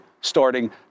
starting